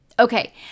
Okay